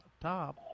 top